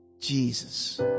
Jesus